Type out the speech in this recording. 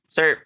Sir